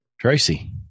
Tracy